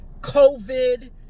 COVID